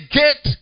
get